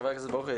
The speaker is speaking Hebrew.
חבר הכנסת ברוכי,